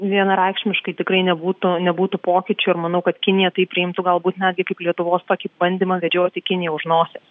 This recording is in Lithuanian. vienareikšmiškai tikrai nebūtų nebūtų pokyčių ir manau kad kinija tai priimtų galbūt netgi kaip lietuvos tokį bandymą vedžioti kiniją už nosies